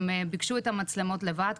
הם ביקשו את המצלמות לבד,